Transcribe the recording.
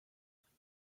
cathy